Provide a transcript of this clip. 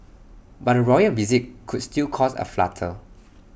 but A royal visit could still cause A flutter